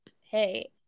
hey